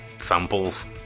samples